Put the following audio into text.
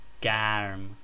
Garm